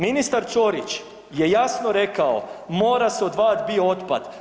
Ministar Ćorić je jasno rekao, mora se odvajati biootpad.